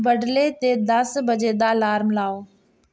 बडले दे दस बजे दा अलार्म लाओ